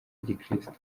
gikirisitu